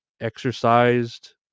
exercised